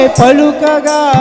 palukaga